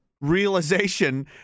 realization